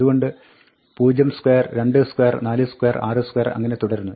അതുകൊണ്ട് 02 22 42 62 അങ്ങിനെ തുടരുന്നു